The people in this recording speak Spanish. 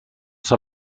está